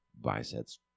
biceps